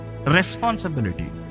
Responsibility